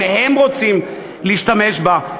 אם הם רוצים להשתמש בה,